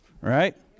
Right